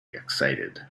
excited